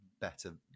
better